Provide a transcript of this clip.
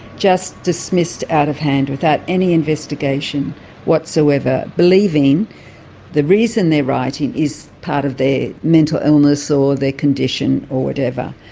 just dismissed out of hand without any investigation whatsoever, believing the reason they're writing is part of their mental illness or their condition or whatever.